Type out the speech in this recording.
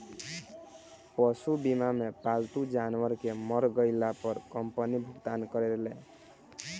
पशु बीमा मे पालतू जानवर के मर गईला पर कंपनी भुगतान करेले